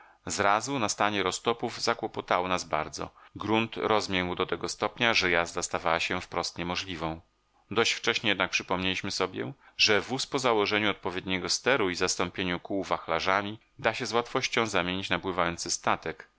sześć przeszło tygodni zrazu nastanie roztopów zakłopotało nas bardzo grunt rozmiękł do tego stopnia że jazda stawała się wprost niemożliwą dość wcześnie jednak przypomnieliśmy sobie że wóz po założeniu odpowiedniego steru i zastąpieniu kół wachlarzami da się z łatwością zamienić na pływający statek